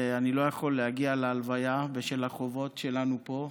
אני לא יכול להגיע להלוויה בשל החובות שלנו פה,